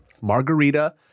Margarita